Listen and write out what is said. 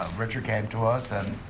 richard came to us and